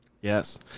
Yes